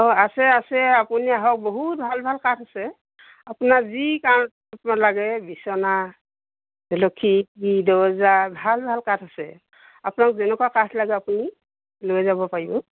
অঁ আছে আছে আপুনি আহক বহুত ভাল ভাল কাঠ আছে আপোনাৰ যি কাঠ লাগে বিচনা খিৰিকী দৰ্জা ভাল ভাল কাঠ আছে আপোনাক যেনেকুৱা কাঠ লাগে আপুনি লৈ যাব পাৰিব